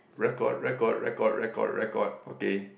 record record record record record okay